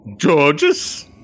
Georges